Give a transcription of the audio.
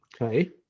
Okay